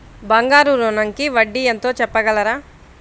బంగారు ఋణంకి వడ్డీ ఎంతో చెప్పగలరా?